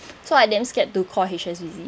so I damn scared to call H_S_B_C